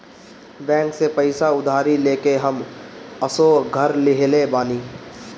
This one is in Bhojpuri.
बैंक से पईसा उधारी लेके हम असो घर लीहले बानी